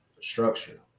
structure